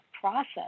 process